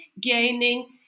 gaining